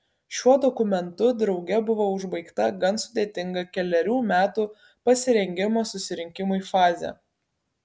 šiuo dokumentu drauge buvo užbaigta gan sudėtinga kelerių metų pasirengimo susirinkimui fazė